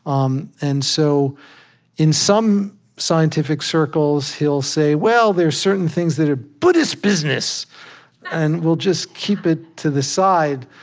um and so in some scientific circles he'll say, well, there are certain things that are buddhist business and we'll just keep it to the side.